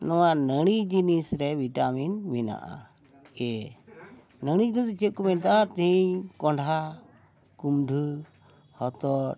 ᱱᱚᱣᱟ ᱱᱟᱹᱲᱤ ᱡᱤᱱᱤᱥ ᱨᱮ ᱵᱷᱤᱴᱟᱢᱤᱱ ᱢᱮᱱᱟᱜᱼᱟ ᱮ ᱱᱟᱹᱲᱤ ᱡᱤᱱᱤᱥ ᱫᱚ ᱪᱮᱫ ᱠᱚ ᱢᱮᱛᱟᱜᱼᱟ ᱛᱤᱦᱤᱧ ᱠᱚᱸᱰᱷᱟ ᱠᱩᱢᱰᱷᱟᱹ ᱦᱚᱛᱚᱫ